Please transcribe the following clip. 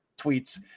tweets